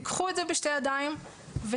תיקחו את זה בשתי ידיים ותקשיבו.